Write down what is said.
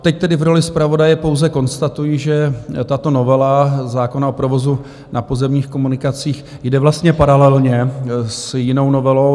Teď tedy v roli zpravodaje pouze konstatuji, že tato novela zákona o provozu na pozemních komunikacích jde vlastně paralelně s jinou novelou.